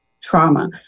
trauma